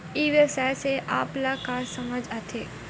ई व्यवसाय से आप ल का समझ आथे?